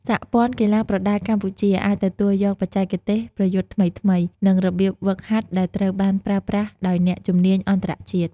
សហព័ន្ធកីឡាប្រដាល់កម្ពុជា អាចទទួលយកបច្ចេកទេសប្រយុទ្ធថ្មីៗ និងរបៀបហ្វឹកហាត់ដែលត្រូវបានប្រើប្រាស់ដោយអ្នកជំនាញអន្តរជាតិ។